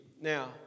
Now